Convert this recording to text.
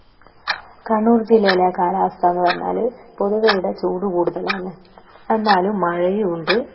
കണ്ണൂർ ജില്ലയിലെ കാലാവസ്ഥാന്ന് പറഞ്ഞാൽ പൊതുവേ ഇവിടെ ചൂട് കൂടുതലാന്ന് എന്നാലും മഴയും ഉണ്ട്